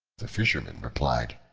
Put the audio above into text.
the fisherman replied,